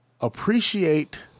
appreciate